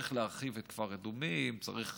צריך